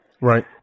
Right